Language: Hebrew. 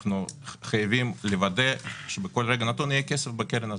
אנחנו חייבים לוודא שבכל רגע נתון יהיה כסף בקרן הזאת.